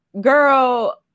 Girl